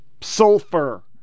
sulfur